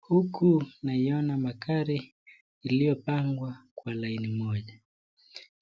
Huku naiona magari iliyopangwa kwa laini moja.